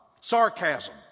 sarcasm